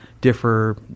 differ